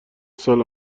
سال